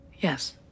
Yes